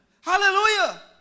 Hallelujah